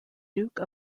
duke